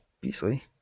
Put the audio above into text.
Beasley